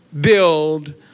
build